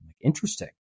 Interesting